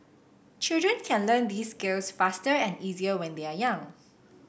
children can learn these skills faster and easier when they are young